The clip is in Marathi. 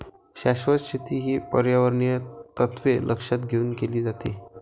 शाश्वत शेती ही पर्यावरणीय तत्त्वे लक्षात घेऊन केली जाते